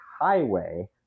Highway